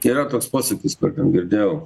yra toks posakis kur ten girdėjau